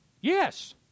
Yes